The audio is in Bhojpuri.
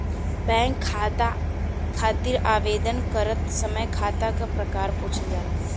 बैंक खाता खातिर आवेदन करत समय खाता क प्रकार पूछल जाला